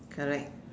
correct